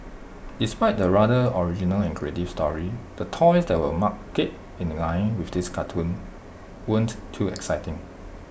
despite the rather original and creative story the toys that were marketed in line with this cartoon weren't too exciting